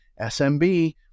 SMB